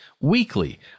weekly